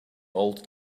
old